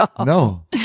No